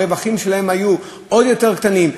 הרווחים שלהם היו עוד יותר קטנים.